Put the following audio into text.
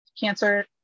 cancer